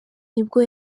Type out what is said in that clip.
nibwo